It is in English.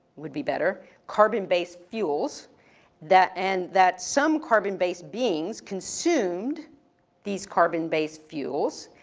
would be better. carbon-based fuels that and, that some carbon-based beings consumed these carbon-based fuels.